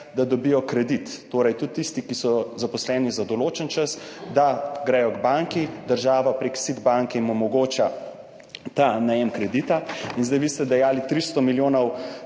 da dobijo kredit, torej tudi tisti, ki so zaposleni za določen čas, da gredo k banki, da jim država prek SID banke omogoča ta najem kredita. Vi ste dejali za letno